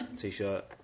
t-shirt